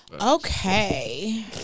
Okay